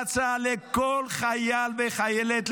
זו הצעה לכל חייל וחיילת,